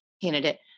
candidate